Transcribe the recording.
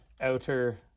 outer